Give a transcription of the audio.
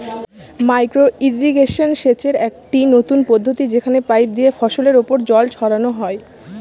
micro irrigation সেচের একটি নতুন পদ্ধতি যেখানে পাইপ দিয়ে ফসলের ওপর জল ছড়ানো হয়